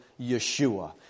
Yeshua